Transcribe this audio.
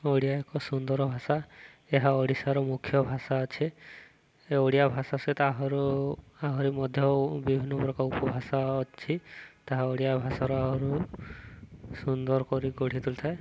ଓଡ଼ିଆ ଏକ ସୁନ୍ଦର ଭାଷା ଏହା ଓଡ଼ିଶାର ମୁଖ୍ୟ ଭାଷା ଅଛି ଏ ଓଡ଼ିଆ ଭାଷା ସହିତ ଆହୁରି ମଧ୍ୟ ବିଭିନ୍ନ ପ୍ରକାର ଉପଭାଷା ଅଛି ତାହା ଓଡ଼ିଆ ଭାଷାର ଆହୁରି ସୁନ୍ଦର କରି ଗଢ଼ି ତୋଳିଥାଏ